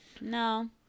No